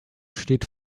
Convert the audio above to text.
steht